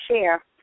share